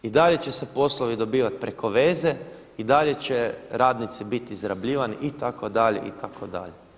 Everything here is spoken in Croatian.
I dalje će se poslovi dobivati preko veze i dalje će radnici biti izrabljivani itd., itd.